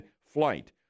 flight